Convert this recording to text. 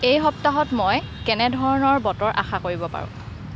এই সপ্তাহত মই কেনেধৰণৰ বতৰ আশা কৰিব পাৰোঁ